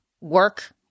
work